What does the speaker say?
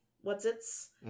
what's-its